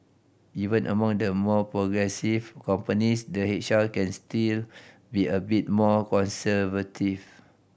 even among the more progressive companies the H R can still be a bit more conservative